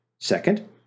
Second